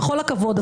בכל הכבוד.